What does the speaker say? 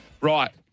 Right